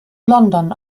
london